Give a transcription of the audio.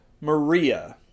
Maria